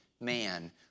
man